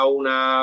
una